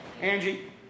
Angie